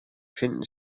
finden